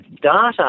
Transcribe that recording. Data